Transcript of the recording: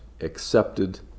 accepted